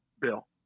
bill